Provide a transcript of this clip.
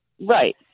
Right